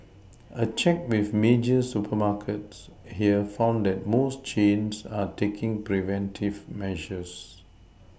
a check with major supermarkets here found that most chains are taking preventive measures